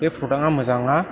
बे प्रदाक आ मोजां नङा